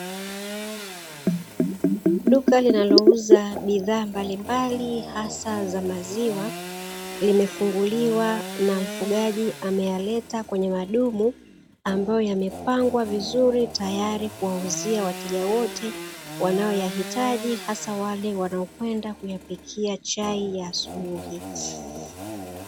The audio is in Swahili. Duka linalouza bidhaa mbalimbali hasa za maziwa limefunguliwa na mfugaji ameyaleta kwenye madumu, ambayo yamepangwa vizuri tayari kwa kuwauzia wateja wote wanaooyahitaji hasa wale wanaoenda kuyapikia chai ya asubuhi.